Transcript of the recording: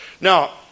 Now